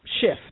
shift